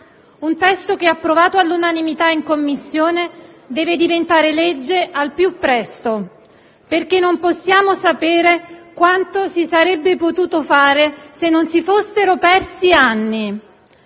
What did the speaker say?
un testo che, approvato all'unanimità in Commissione, deve diventare legge al più presto, perché non possiamo sapere quanto si sarebbe potuto fare se non si fossero persi anni;